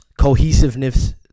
Cohesiveness